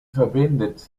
verbindet